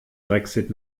brexit